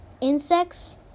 insects